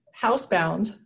housebound